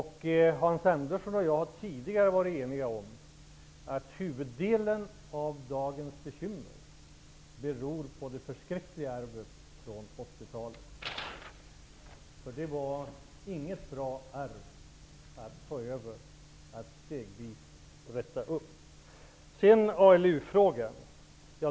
Hans Andersson och jag har tidigare varit eniga om att huvuddelen av dagens bekymmer beror på det förskräckliga arvet från 1980-talet. Det var inte ett bra arv att ta över för att stegvis räta upp. Vidare har vi ALU-frågan.